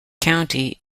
county